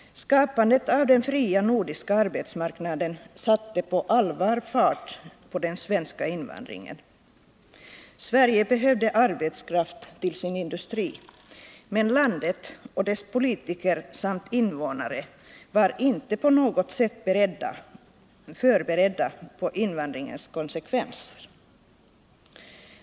Skapandet av den fria nordiska arbetsmarknaden satte på allvar fart på invandringen till Sverige. Sverige behövde arbetskraft till sin industri, men landet och dess politiker samt invånare var inte på något sätt förberedda på invandringens konsekvenser.